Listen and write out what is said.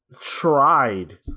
tried